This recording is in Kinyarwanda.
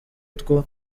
two